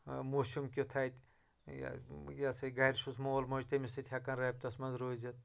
موسِم کیُتھ اَتہِ یہِ یہِ ہسا یہِ گَرِ چھُس مول موج تٔمِس سۭتۍ ہٮ۪کان رٲبطس منٛز روٗزِتھ